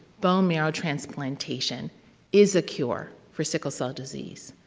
bone marrow transplantation is a cure for sickle cell disease.